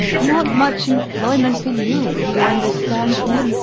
not much employment for you. you understand me?